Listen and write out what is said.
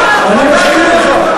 אני מסכים אתך,